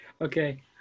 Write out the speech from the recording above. Okay